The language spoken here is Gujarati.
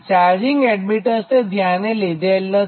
ચાર્જિંગ એડમીટન્સ ધ્યાને લીધેલ નથી